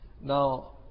Now